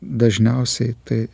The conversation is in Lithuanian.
dažniausiai tai